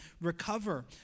recover